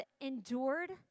endured